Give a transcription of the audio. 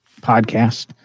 podcast